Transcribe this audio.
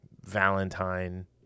Valentine